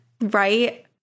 right